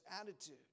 attitude